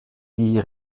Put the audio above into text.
die